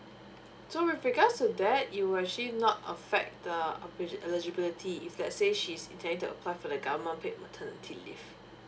so with regards to that it'll actually not affect the eli~ eligibility if let's say she's intend to apply for the government paid maternity leave